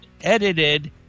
edited